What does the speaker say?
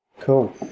Cool